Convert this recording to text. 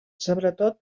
sobretot